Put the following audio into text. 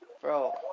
bro